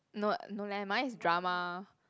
no no leh mine is drama